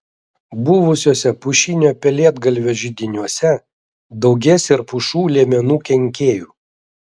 buvusiuose pušinio pelėdgalvio židiniuose daugės ir pušų liemenų kenkėjų